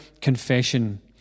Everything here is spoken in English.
confession